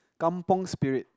kampung spirit